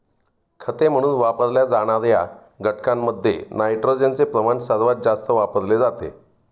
खते म्हणून वापरल्या जाणार्या घटकांमध्ये नायट्रोजनचे प्रमाण सर्वात जास्त वापरले जाते